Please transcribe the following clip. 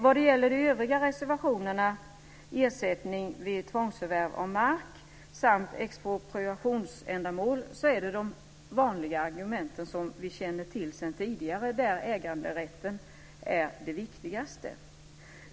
Vad det gäller de övriga reservationerna om ersättning vid tvångsförvärv av mark samt expropriationsändamålen hör vi de vanliga argumenten som vi känner till sedan tidigare, där äganderätten är det viktigaste.